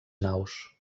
naus